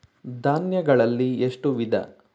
ಧಾನ್ಯಗಳಲ್ಲಿ ಎಷ್ಟು ವಿಧ?